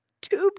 tube